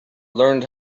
learned